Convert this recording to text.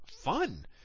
fun